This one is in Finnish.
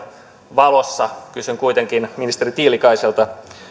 valossa kysyn kuitenkin ministeri tiilikaiselta